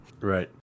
right